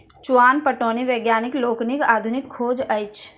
चुआन पटौनी वैज्ञानिक लोकनिक आधुनिक खोज अछि